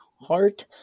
heart